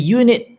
unit